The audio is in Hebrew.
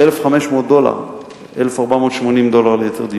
1,480 דולר.